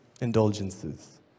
indulgences